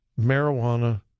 marijuana